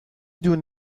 دونم